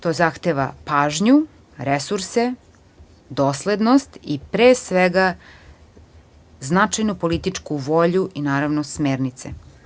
To zahteva pažnju, resurse, doslednost i, pre svega, značajnu političku volju i smernice.